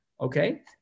Okay